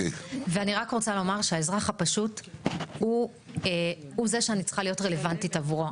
אני רק רוצה לומר שהאזרח הפשוט הוא זה שאני צריכה להיות רלוונטית עבורו.